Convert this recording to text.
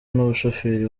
n’umushoferi